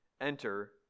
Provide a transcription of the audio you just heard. enter